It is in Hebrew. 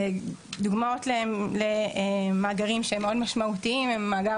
דוגמאות למאגרים שהם מאוד משמעותיים: מאגר